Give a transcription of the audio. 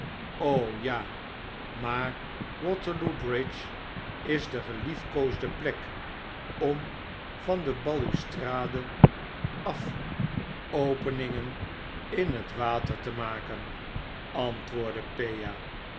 ja maar waterloo bridge is de geliefkoosde plek om van de balustrade afopeningen in het water te maken antwoordde